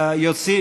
לייעל.